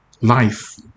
life